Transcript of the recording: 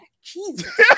Jesus